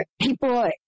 people